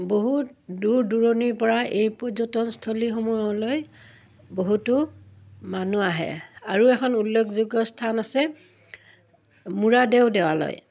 বহুত দূৰ দূৰণিৰ পৰা এই পৰ্যটনস্থলীসমূহলৈ বহুতো মানুহ আহে আৰু এখন উল্লেখযোগ্য স্থান আছে মূৰাদেউ দেৱালয়